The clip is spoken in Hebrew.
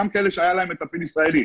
גם כאלה שהיה להם מטפלת ישראלית,